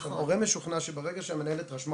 עכשיו הורה משוכנע שברגע שהמנהלת רשמה